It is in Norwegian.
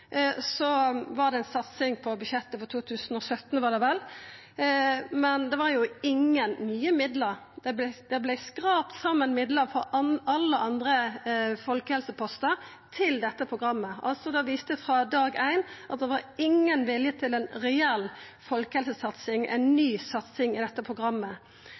var det ei satsing på budsjettet for 2017 – var det vel – men det var ingen nye midlar; det vart skrapa saman midlar frå alle andre folkehelsepostar til dette programmet. Det viste seg frå dag éin at det var ingen vilje til ei reell ny folkehelsesatsing i dette programmet.